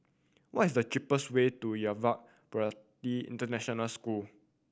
what is the cheapest way to Yuva Bharati International School